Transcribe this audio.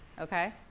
okay